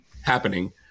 happening